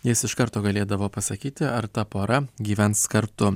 jis iš karto galėdavo pasakyti ar ta pora gyvens kartu